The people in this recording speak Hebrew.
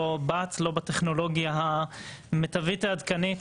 ב"צ; לא בטכנולוגיה המיטבית והעדכנית.